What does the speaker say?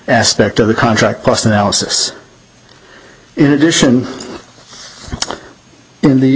aspect of the contract cost analysis in addition in the